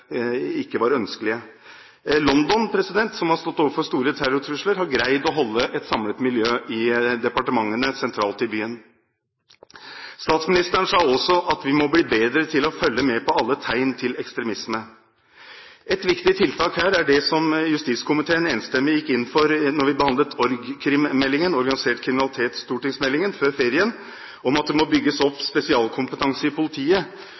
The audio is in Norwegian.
ikke var ønskelige. London, som har stått overfor store terrortrusler, har greid å holde departementene samlet sentralt i byen. Statsministeren sa også at vi må bli bedre til å følge med på alle tegn til ekstremisme. Et viktig tiltak her er det som justiskomiteen enstemmig gikk inn for da vi behandlet stortingsmeldingen om organisert kriminalitet før ferien, at det må bygges opp spesialkompetanse i politiet